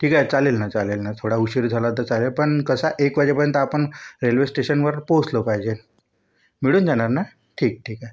ठीक आहे चालेल ना चालेल ना थोडा उशीर झाला तर चालेल पण कसा एक वाजेपर्यंत आपण रेल्वे स्टेशनवर पोचलो पाहिजे मिळून जाणार ना ठीक ठीक आहे